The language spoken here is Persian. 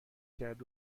کرد